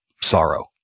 sorrow